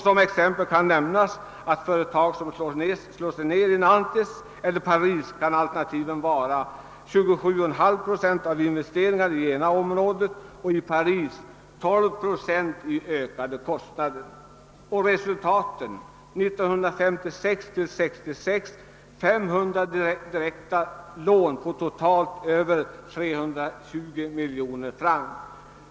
Som exempel kan nämnas att för ett företag som slår sig ner i Nantes eller Paris kan alternativen vara: i Nantes 27,5 procent av investeringarna i subventioner, i Paris 12 procent i ökade kostnader. Resultatet blev under perioden 1956 -—1966 att det lämnades 500 direkta lån på totalt över 320 miljoner francs.